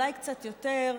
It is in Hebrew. אולי קצת יותר,